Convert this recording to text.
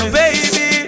baby